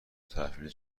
تحویل